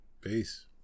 peace